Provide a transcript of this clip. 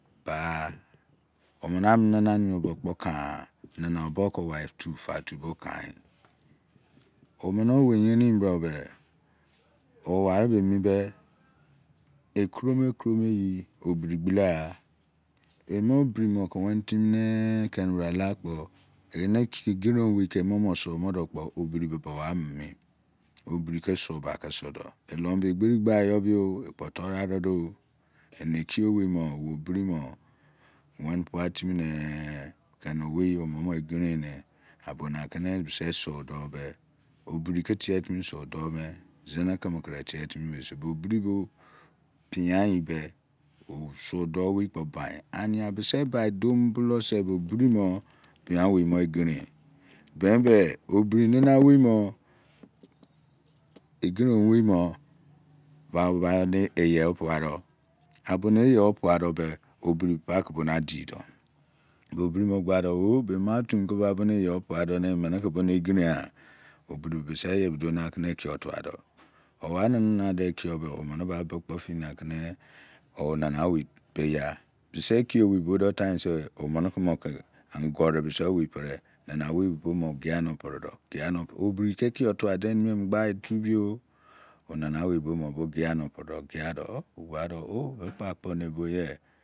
Ale omene amine name merimi obo kpo kana ha nama obo ke da tubo kan emi omene omeye buobe owaribemi be ekromu ekronu eyi owobiri gbeleqha omo orimo ka wene timi kemi brala kpo keme ke emomo obri ke subake sudo elomo be eqberi yobio toru arido enekiye owe owobri mo wene pua timinee keni owei omumo eqirene abona abe bibe doube obri ke tie timi su doume zene keme korusu do gha obri be bian be keme bo bain no bise ye duo bose be kememo obrimo egiren bemibe obri nana owei mo eqiren owei boni eyeopuado abonekene eyeopua be obri pake bonake adido bo obri bakubo gbodo oh be ma otu meneke be eyeopua do ene neke bone eqi rengha obri be bise ye duonakene ekiyor tuado owani nana neki yor be omene ba amini nanowei peigha bise ekiye owei bodo tinsr omene kumo ka mokoer aqo bise owei peredo nana owei be boimo qiyano pre do yano predo obri ke eki yor tua deimi emu gbami tubiyo nana owei boembo qi yano predo ogba mo oh be kpo akpo ne boye